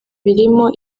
birimo